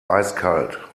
eiskalt